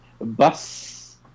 Bus